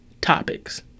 topics